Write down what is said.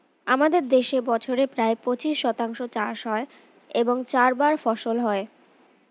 আমাদের দেশে বছরে প্রায় পঁচিশ শতাংশ চাষ হয় এবং চারবার ফসল হয়